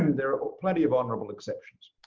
there are plenty of honorable exceptions.